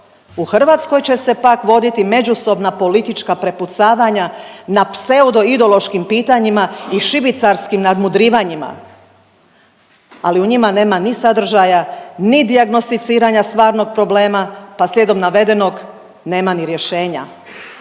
U Hrvatskoj će se pak voditi međusobna politička prepucavanja na pseudo ideološkim pitanjima i šibicarskim nadmudrivanjima, ali u njima nema ni sadržaja, ni dijagnosticiranja stvarnog problema, pa slijedom navedenog nema ni rješenja.